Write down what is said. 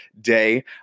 day